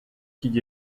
qui